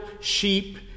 sheep